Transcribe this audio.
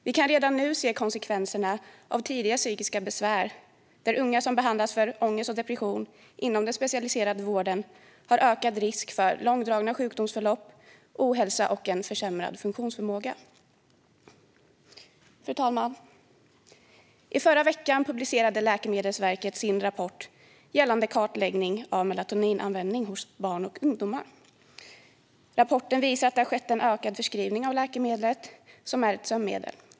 Vi kan redan nu se konsekvenserna av tidiga psykiska besvär där unga som behandlats för ångest och depression inom den specialiserade vården har ökad risk för långdragna sjukdomsförlopp, ohälsa och en försämrad funktionsförmåga. Fru talman! I förra veckan publicerade Läkemedelsverket sin rapport gällande kartläggning av Melatoninanvändning hos barn och ungdomar. Rapporten visar att det har skett en ökad förskrivning av läkemedlet, som är ett sömnmedel.